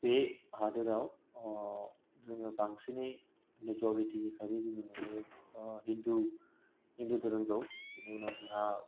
बे हादराव जोङो बांसिनै मेजरिटी हिसाबै जों नुयो हिन्दु दोहोरोमखौ बिनि उनाव जोंहा